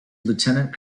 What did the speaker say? lieutenant